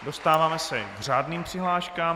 Dostáváme se k řádným přihláškám.